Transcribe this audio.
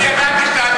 אני ידעתי שאתה,